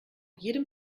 jedem